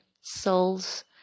souls